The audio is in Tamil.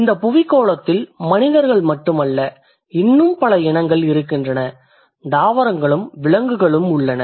இந்தப் புவிக்கோளத்தில் மனிதர்கள் மட்டுமல்ல இன்னும் பல இனங்கள் இருக்கின்றன தாவரங்களும் விலங்குகளும் உள்ளன